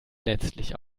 letztlich